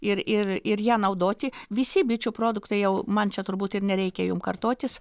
ir ir ir ją naudoti visi bičių produktai jau man čia turbūt ir nereikia jum kartotis